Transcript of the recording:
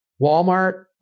Walmart